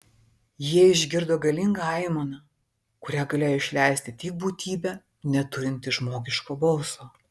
jie išgirdo galingą aimaną kurią galėjo išleisti tik būtybė neturinti žmogiško balso